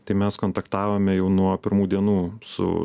tai mes kontaktavome jau nuo pirmų dienų su